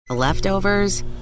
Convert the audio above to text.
Leftovers